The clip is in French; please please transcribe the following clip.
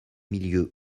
milieux